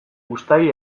uztail